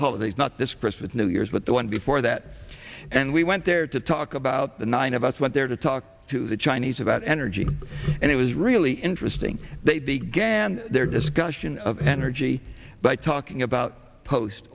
holidays not this christmas new years but the one before that and we went there to talk about the nine of us went there to talk to the chinese about energy and it is really interesting they began their discussion of energy by talking about post